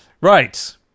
Right